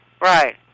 Right